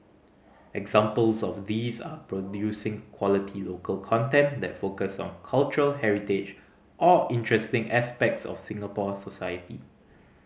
examples of these are producing quality local content that focus on cultural heritage or interesting aspects of Singapore society